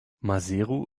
maseru